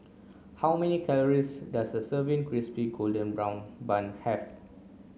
how many calories does a serving crispy golden brown bun have